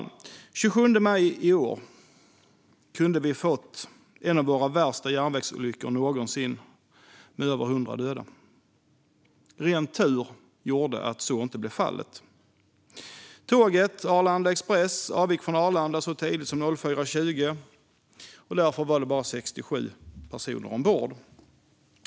Den 27 maj i år kunde vi ha fått en av våra värsta järnvägsolyckor någonsin med över 100 döda. Ren tur gjorde att så inte blev fallet. Tåget Arlanda Express avgick från Arlanda så tidigt som 4.20, och därför var det bara 67 personer ombord.